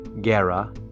Gera